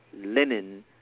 linen